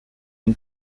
une